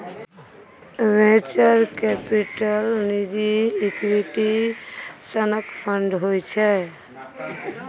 venture capital निजी equity सनक fund होइ छै